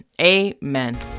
amen